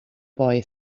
boy